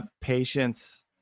patience